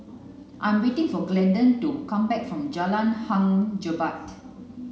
I'm waiting for Glendon to come back from Jalan Hang Jebat